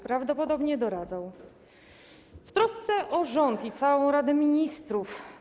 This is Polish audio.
Prawdopodobnie będzie doradzał w trosce o rząd i całą Radę Ministrów.